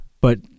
but-